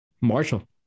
Marshall